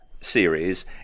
series